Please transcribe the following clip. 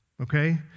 okay